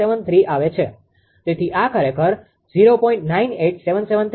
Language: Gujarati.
001073 આવે છે તેથી આ ખરેખર 0